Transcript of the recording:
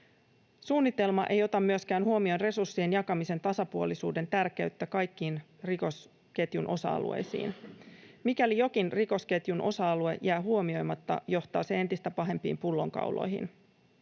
Suunnitelma ei ota myöskään huomioon tasapuolisuuden tärkeyttä resurssien jakamisessa kaikkiin rikosketjun osa-alueisiin. Mikäli jokin rikosketjun osa-alue jää huomioimatta, johtaa se entistä pahempiin pullonkauloihin.